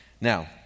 now